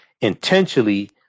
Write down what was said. intentionally